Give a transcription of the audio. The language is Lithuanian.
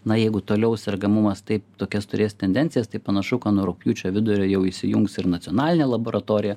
na jeigu toliau sergamumas taip tokias turės tendencijas tai panašu ka nuo rugpjūčio vidurio jau įsijungs ir nacionalinė labaratorija